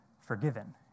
forgiven